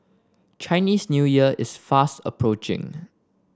Chinese New Year is fast approaching